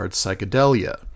psychedelia